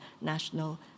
national